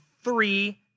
Three